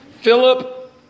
philip